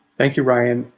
thank you, ryan.